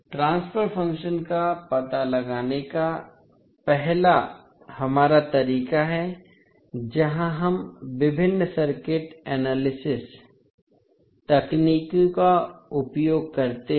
transfer function का पता लगाने का हमारा पहला तरीका है जहां हम विभिन्न सर्किट एनालिसिस तकनीकों का उपयोग करते हैं